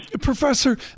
Professor